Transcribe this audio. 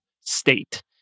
state